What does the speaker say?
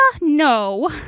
no